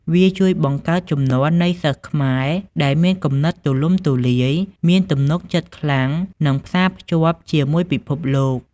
វាជួយបង្កើតជំនាន់នៃសិស្សខ្មែរដែលមានគំនិតទូលំទូលាយ មានទំនុកចិត្តខ្លាំង និងផ្សាភ្ជាប់ជាមួយពិភពលោក។